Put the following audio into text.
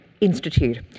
Institute